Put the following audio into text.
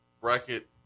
bracket